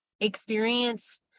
experience